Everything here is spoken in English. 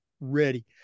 Ready